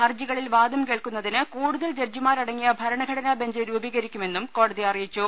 ഹർജികളിൽ വാദം കേൾക്കുന്നതിന് കൂടുതൽ ജഡ്ജിമാരടങ്ങിയ ഭരണഘടനാ ബെഞ്ച് രൂപീകരിക്കുമെന്നും കോടതി അറിയിച്ചു